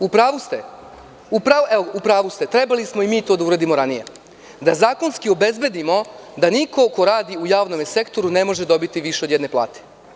U pravu ste, trebali smo i mi to trebamo da uradimo ranije, da zakonski obezbedimo da niko ko radi u javnom sektoru ne može dobiti više od jedne plate.